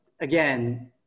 again